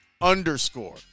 underscore